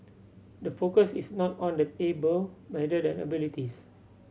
the focus is not on the able rather than the abilities